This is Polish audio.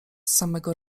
samego